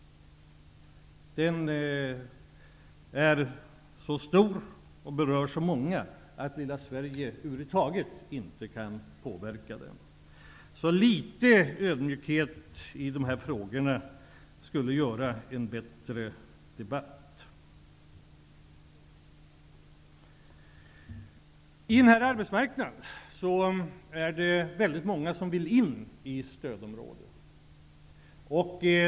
Den är så stor och berör så många att lilla Sverige över huvud taget inte kan påverka den. Litet ödmjukhet i dessa frågor skulle medföra en bättre debatt. I den här arbetsmarknadssituationen är det väldigt många som vill in i stödområden.